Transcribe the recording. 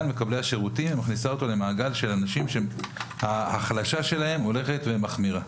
מקבלי השירותים ומכניסה אותו למעגל של אנשים שההחלשה שלהם הולכת ומחמירה.